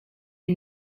you